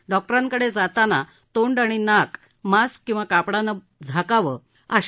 डॉक्टरांकडे जाताना तोंड आणि नाक मास्क किंवा कापडानं बंद करा